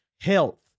health